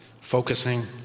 focusing